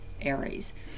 Aries